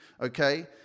okay